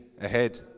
ahead